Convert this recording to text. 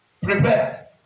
Prepare